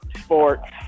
sports